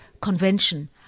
convention